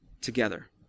together